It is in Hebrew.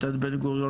עם הפריפריה החברתית,